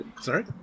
Sorry